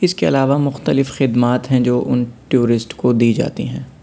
اِس کے علاوہ مختلف خدمات ہیں جو اُن ٹورسٹ کو دی جاتی ہیں